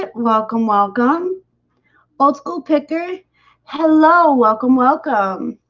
ah welcome welcome old-school picker hello, welcome welcome